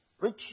rich